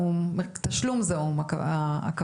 חוסר בכוח אדם שמוביל לעבודות בחודשים, גם אני